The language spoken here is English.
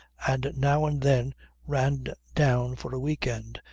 and now and then ran down for a week-end,